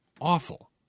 awful